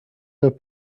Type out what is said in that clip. have